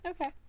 Okay